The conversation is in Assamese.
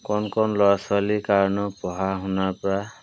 কণ কণ ল'ৰা ছোৱালীৰ কাৰণেও পঢ়া শুনাৰ পৰা